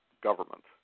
government